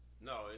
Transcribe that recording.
No